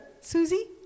Susie